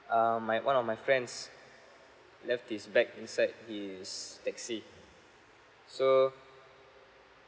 um my one of my friends left his bag inside this taxi so